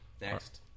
next